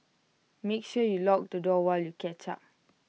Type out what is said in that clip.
make sure you lock the door while you catch up